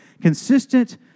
consistent